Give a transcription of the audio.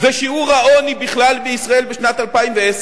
ושיעור העוני בכלל בישראל בשנת 2010,